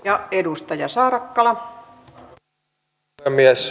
arvoisa rouva puhemies